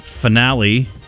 finale